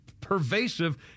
pervasive